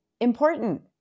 important